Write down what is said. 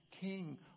king